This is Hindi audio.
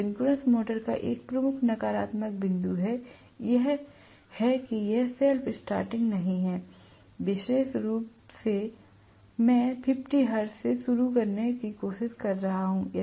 तो सिंक्रोनस मोटर का एक प्रमुख नकारात्मक बिंदु है यह है कि यह सेल्फ़ स्टार्टिंग नहीं है विशेष रूप से मैं 50 हर्ट्ज से शुरू करने की कोशिश कर रहा हूं